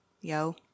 yo